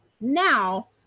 Now